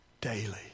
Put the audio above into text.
daily